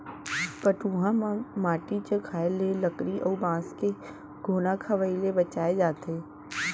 पटउहां म माटी चघाए ले लकरी अउ बांस के घुना खवई ले बचाए जाथे